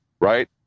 right